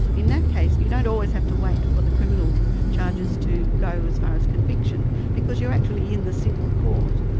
in that case, you don't always have to wait for the criminal charges to go as far as conviction, because you're actually in the civil court,